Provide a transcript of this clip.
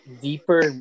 deeper